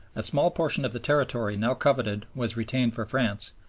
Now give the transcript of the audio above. a small portion of the territory now coveted was retained for france,